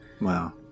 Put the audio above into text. Wow